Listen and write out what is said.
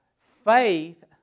Faith